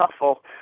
awful